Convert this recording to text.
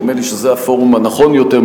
נדמה לי שזה הפורום הנכון יותר,